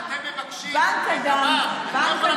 בנק הדם, תמר,